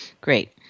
Great